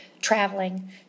traveling